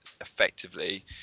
Effectively